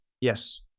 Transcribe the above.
Yes